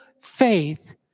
faith